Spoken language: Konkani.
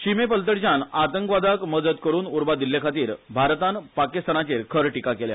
शीमेपलतडच्यान आतंकवादाक मजत करून निधीप्रवण केल्लेखातीर भारतान पाकिस्तानाचेर खर टीका केल्या